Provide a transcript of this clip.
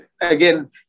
again